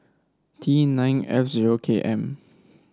T nine F zero K M